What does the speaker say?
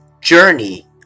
journey